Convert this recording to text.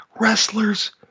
wrestlers